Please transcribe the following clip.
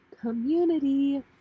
community